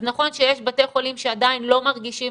אז נכון שיש בתי חולים שעדיין לא מרגישים